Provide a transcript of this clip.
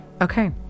okay